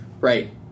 right